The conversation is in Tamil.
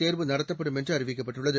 தேர்வு நடத்தப்படும் என்றுஅறிவிக்கப்பட்டுள்ளது